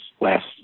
last